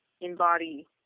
embody